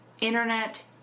internet